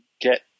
get